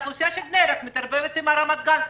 האוכלוסייה של בני ברק מתערבבת עם אוכלוסיית רמת גן.